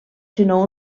sinó